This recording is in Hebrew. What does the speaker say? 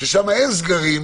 שבהן אין סגרים,